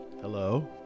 Hello